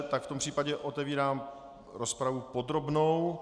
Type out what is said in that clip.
V tom případě otevírám rozpravu podrobnou.